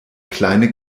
kleine